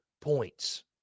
points